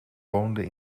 woonden